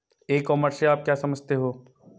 ई commerce से आप क्या समझते हो?